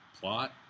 plot